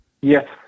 Yes